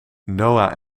noa